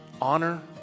honor